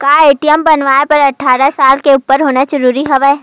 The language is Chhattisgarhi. का ए.टी.एम बनवाय बर अट्ठारह साल के उपर होना जरूरी हवय?